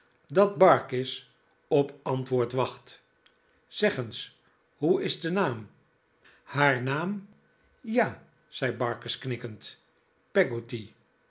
dat barkis op antwoord wacht zeg eens hoe is de naam haar naam ja zei barkis knikkend